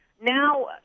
now